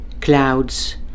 Clouds